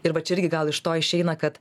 ir va čia irgi gal iš to išeina kad